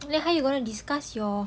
then how you gonna discuss your